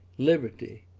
liberty,